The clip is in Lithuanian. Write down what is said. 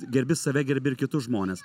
gerbi save gerbi ir kitus žmones